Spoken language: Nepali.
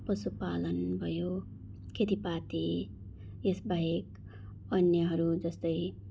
पशु पालन भयो खेतीपाति यस बाहेक अन्यहरू जस्तै